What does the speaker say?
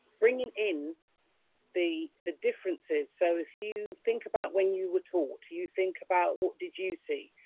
bringing in the the differences, so if you think about when you were taught you think about what did you see.